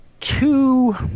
two